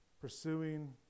Pursuing